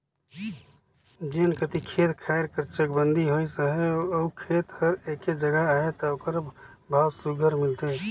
जेन कती खेत खाएर कर चकबंदी होइस अहे अउ खेत हर एके जगहा अहे ता ओकर भाव सुग्घर मिलथे